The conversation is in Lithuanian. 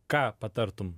ką patartum